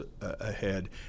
ahead